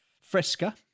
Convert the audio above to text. Fresca